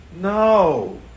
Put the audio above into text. No